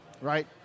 right